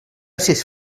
sis